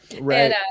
Right